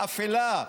אפלה,